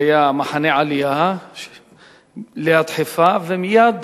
במחנה עלייה ליד חיפה, ומייד